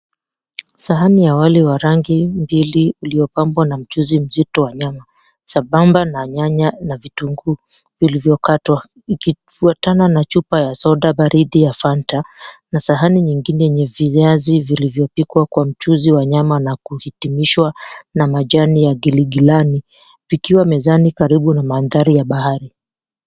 Sahani ya wali wa rangi mbili uliopambwa na mchuzi wa nyama, sambamba na nyanya na vitunguu vilivyokatwa , ikifuatana na chupa ya soda baridi ya fanta na sahani nyingine ni viazi vilivyopikwa kwa mchuzi wa nyama na kuhitimishwa na majani ya giligilani, zikiwa mezani karibu na mandhari ya bahari.